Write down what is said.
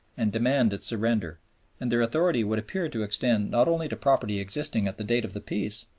and demand its surrender and their authority would appear to extend not only to property existing at the date of the peace,